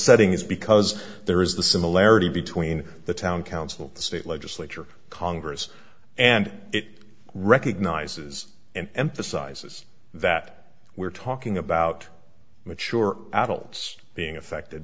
setting is because there is the similarity between the town council the state legislature congress and it recognizes and emphasizes that we're talking about mature adults being affected